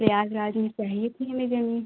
प्रयागराज में चाहिए थी हमें ज़मीन